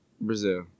brazil